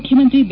ಮುಖ್ಚಮಂತ್ರಿ ಬಿ